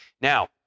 Now